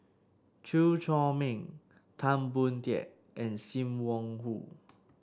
Chew Chor Meng Tan Boon Teik and Sim Wong Hoo